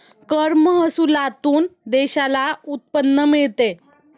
कर महसुलातून देशाला उत्पन्न मिळते